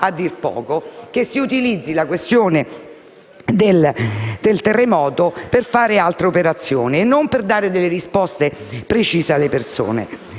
a dir poco ‑ di utilizzare la questione del terremoto per fare altre operazioni e non per dare risposte precise alle persone